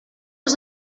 els